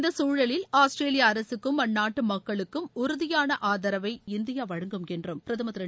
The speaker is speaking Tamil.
இந்த சூழலில் ஆஸ்திரேலியா அரசுக்கும் அந்நாட்டு மக்களுக்கும் உறுதியான ஆதரவை இந்தியா வழங்கும் என்றும் பிரதமர் திரு